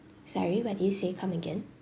sorry what did you say come again